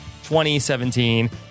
2017